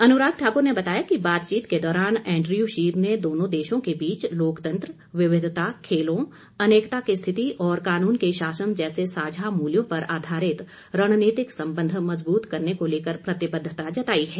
अनुराग ठाकुर ने बताया कि बातचीत के दौरान एंड्रयू शीर ने दोनों देशों के बीच लोकतंत्र विविधता खेलों अनेकता की स्थिति और कानून के शासन जैसे साझा मूल्यों पर आधारित रणनीतिक संबंध मजबूत करने को लेकर प्रतिबद्धता जताई है